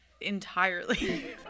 entirely